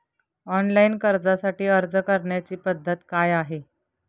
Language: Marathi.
ऑनलाइन कर्जासाठी अर्ज करण्याची पद्धत काय आहे?